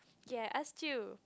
ya us too